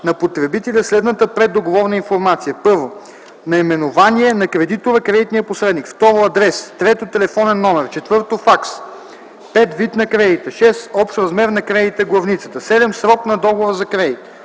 на потребителя следната преддоговорна информация: 1. наименование на кредитора/кредитния посредник; 2. адрес; 3. телефонен номер; 4. факс; 5. вид на кредита; 6. общ размер на кредита (главница); 7. срок на договора за кредит;